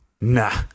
Nah